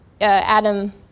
Adam